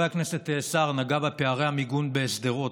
חבר הכנסת סער נגע בפערי המיגון בשדרות.